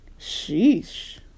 Sheesh